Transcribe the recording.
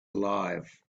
alive